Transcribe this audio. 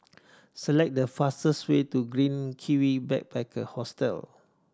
select the fastest way to Green Kiwi Backpacker Hostel